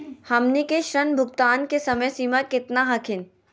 हमनी के ऋण भुगतान के समय सीमा केतना हखिन?